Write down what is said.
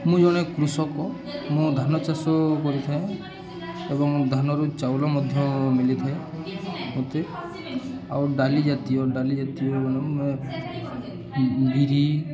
ମୁଁ ଜଣେ କୃଷକ ମୁଁ ଧାନ ଚାଷ କରିଥାଏ ଏବଂ ଧାନରୁ ଚାଉଳ ମଧ୍ୟ ମିଲିଥାଏ ମୋତେ ଆଉ ଡାଲି ଜାତୀୟ ଡାଲି ଜାତୀୟ ମାନ ବିରି